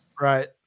Right